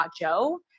Joe